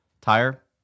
tire